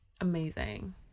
amazing